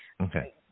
Okay